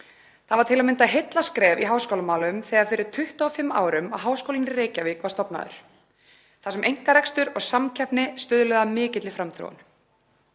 Það var til að mynda heillaskref í háskólamálum fyrir 25 árum þegar Háskólinn í Reykjavík var stofnaður þar sem einkarekstur og samkeppni stuðluðu að mikilli framþróun.